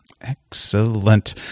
Excellent